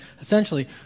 essentially